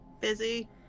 Busy